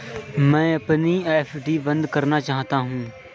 मैं अपनी एफ.डी बंद करना चाहती हूँ